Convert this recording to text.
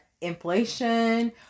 inflation